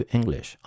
English